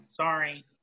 Sorry